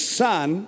son